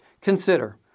Consider